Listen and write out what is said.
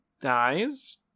dies